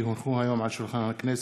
כי הונחו היום על שולחן הכנסת,